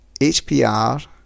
HPR